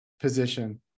position